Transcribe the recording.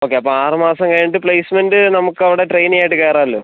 okay അപ്പോൾ ആറ് മാസം കഴിഞ്ഞിട്ട് പ്ലേസ്മെൻറ്റ് നമുക്ക് അവിടെ ട്രെയിനി ആയിട്ട് കയറാമല്ലോ